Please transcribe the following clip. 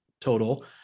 total